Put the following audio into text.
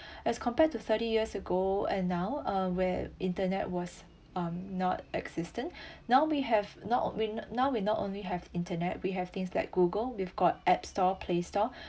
as compared to thirty years ago and now uh were internet was um not existent now we have not we n~ now we not only have internet we have things like google we've got app store play store